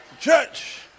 Church